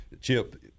Chip